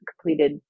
completed